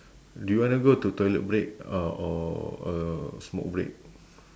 do you wanna go to toilet break uh or a smoke break